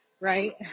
right